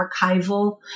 archival